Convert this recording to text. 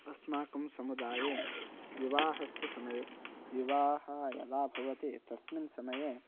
अस्माकं समुदाये विवाहस्य समये विवाहः यदा भवति तस्मिन् समये